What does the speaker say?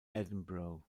edinburgh